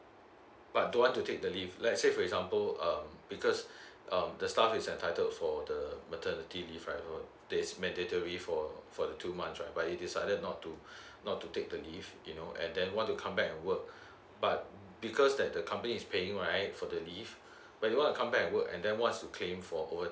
but don't want to take the leave let's say for example um because um the staff is entitled for the maternity leave right err that's mandatory for for the two months right but he decided not to not to take the leave you know and then want to come back and work but because that the company is paying right for the leave but you want to come back and work and then wants to claim for overtime